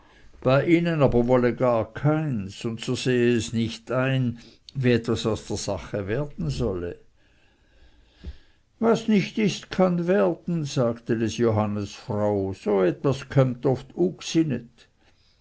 bei ihnen aber wolle gar keins und so sehe es nicht ein wie etwas aus der sache werden solle was nicht ist kann werden sagte des johannes frau so etwas kömmt oft